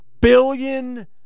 billion